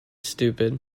stupid